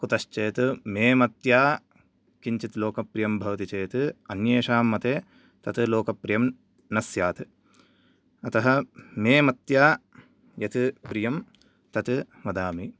कुतश्चेत् मे मत्या किञ्चित् लोकप्रियं भवति चेत् अन्येषां मते तत् लोकप्रियं न स्यात् अतः मे मत्या यत् प्रियं तत् वदामि